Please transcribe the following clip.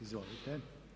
Izvolite.